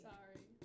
Sorry